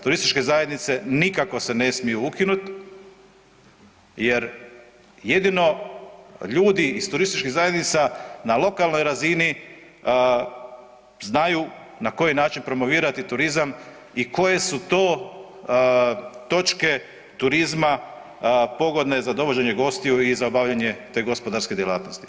Turističke zajednice nikako ne smiju ukinut jer jedino ljudi iz turističkih zajednica na lokalnoj razini znaju na koji način promovirati turizam i koje su to točke turizma pogodne za dovođenje gostiju i obavljanje te gospodarske djelatnosti.